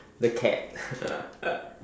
the cat